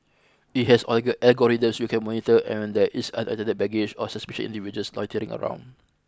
it has oil algorithms which can monitor when there is unattended baggage or suspicious individuals loitering around